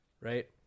right